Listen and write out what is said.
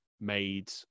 made